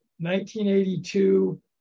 1982